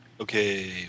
Okay